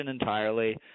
entirely